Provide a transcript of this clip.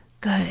good